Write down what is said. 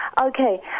okay